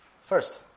First